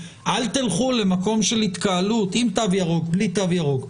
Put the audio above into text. אל תלכו למקום של התקהלות עם תו ירוק או בלי תו ירוק.